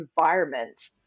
environment